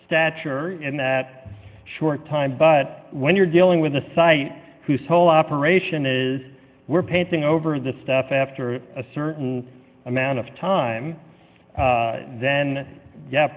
stature in that short time but when you're dealing with a site whose whole operation is we're painting over the stuff after a certain amount of time then ye